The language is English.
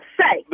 say